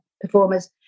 performers